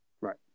right